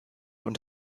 und